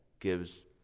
gives